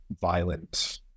violent